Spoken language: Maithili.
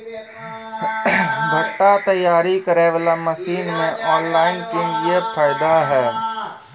भुट्टा तैयारी करें बाला मसीन मे ऑनलाइन किंग थे फायदा हे?